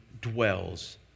dwells